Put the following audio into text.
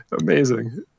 Amazing